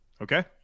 Okay